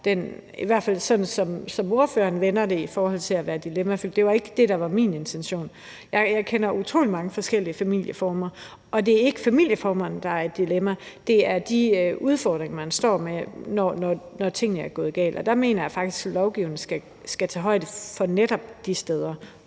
i hvert fald sådan som ordføreren vender det – med at være dilemmafyldt. Det var ikke det, der var min intention. Jeg kender utrolig mange forskellige familieformer, og det er ikke familieformerne, der er et dilemma. Det er de udfordringer, man står med, når tingene er gået galt, og der mener jeg faktisk, at lovgivningen skal tage højde for netop de steder.